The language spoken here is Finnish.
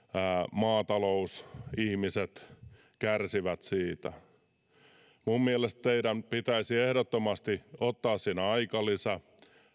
maatalousihmiset kärsivät siitä minun mielestäni teidän pitäisi ehdottomasti ottaa siinä aikalisä